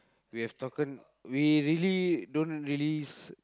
we have token we really we don't really